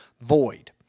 void